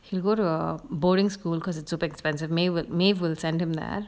he will go to err boarding school because it's super expensive maeve would maeve will send him there